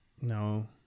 No